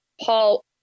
Paul